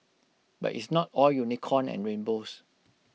but it's not all unicorn and rainbows